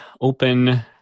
open